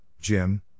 Jim